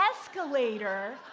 escalator